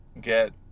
get